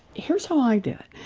here's how i do it.